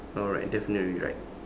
alright definitely right